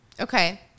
Okay